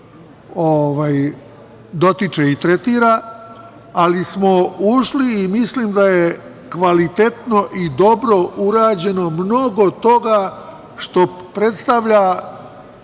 dotiče i tretira, ali smo ušli i mislim da je kvalitetno i dobro urađeno mnogo toga što predstavlja,